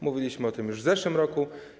Mówiliśmy o tym już w zeszłym roku.